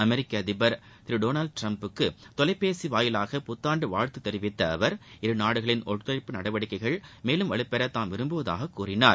அமெிக்க அதிபர் திரு டொனால்டு டிரம்புக்கு தொலைபேசி மூலம் புத்தாண்டு வாழ்த்து தெரிவித்த அவர் இருநாடுகளின் ஒத்துழைப்பு நடவடிக்கைகள் மேலும் வலுப்பெற தாம் விருப்புவதாகக் கூறினார்